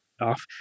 off